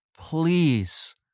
please